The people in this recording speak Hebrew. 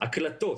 הקלטות,